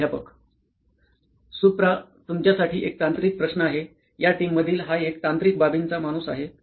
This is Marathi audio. प्राध्यापक सुप्रा तुमच्यासाठी एक तांत्रिक प्रश्न आहे या टीम मधील हा एक तांत्रिक बाबींचा माणूस आहे